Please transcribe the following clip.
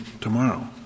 tomorrow